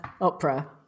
opera